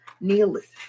Neolithic